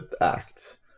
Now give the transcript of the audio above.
act